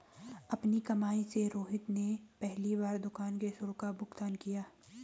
अपनी कमाई से रोहित ने पहली बार दुकान के शुल्क का भुगतान किया